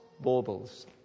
baubles